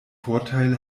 vorteil